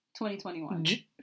2021